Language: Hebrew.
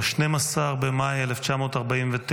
ב-12 במאי 1949,